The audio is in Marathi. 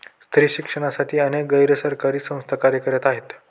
स्त्री शिक्षणासाठी अनेक गैर सरकारी संस्था कार्य करत आहेत